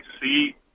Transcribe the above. see